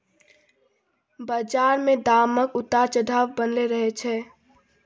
बजार मे दामक उतार चढ़ाव बनलै रहय छै